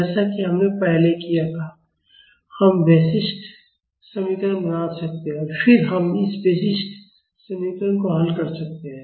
जैसा कि हमने पहले किया था हम वैशिष्ट्य समीकरण बना सकते हैं और फिर हम इस वैशिष्ट्य समीकरण को हल कर सकते हैं